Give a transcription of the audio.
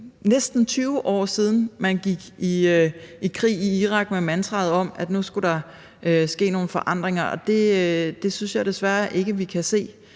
næsten 20 år siden, man gik i krig i Irak med mantraet om, at nu skulle der ske nogle forandringer – og det synes jeg desværre ikke vi kan se